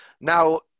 Now